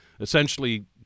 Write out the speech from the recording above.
essentially—